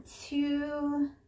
two